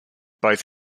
both